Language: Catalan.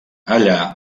allà